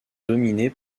dominée